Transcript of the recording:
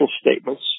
statements